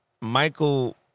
Michael